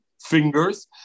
fingers